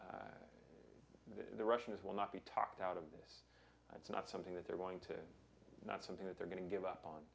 the russians will not be talked out of this it's not something that they're going to not something that they're going to give up on